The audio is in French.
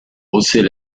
hausser